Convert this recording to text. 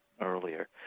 earlier